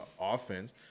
offense